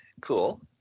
cool